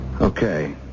Okay